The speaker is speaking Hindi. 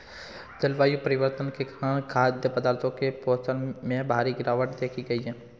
जलवायु परिवर्तन के कारण खाद्य पदार्थों के पोषण में भारी गिरवाट देखी गयी है